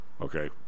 Okay